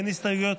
אין הסתייגויות?